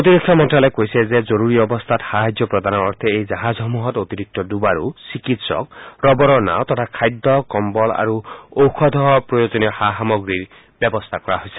প্ৰতিৰক্ষা মন্ত্যালয়ে কৈছে যে জৰুৰী অৱস্থাত সাহায্য প্ৰদানৰ অৰ্থে এই জাহাজসমূহত অতিৰিক্ত ডুবাৰু চিকিৎসক ৰবৰৰ নাও তথা খাদ্য কম্বল কাপোৰ আৰু ঔষধসহ প্ৰয়োজনীয় সা সামগ্ৰীৰ ব্যৱস্থা কৰা হৈছে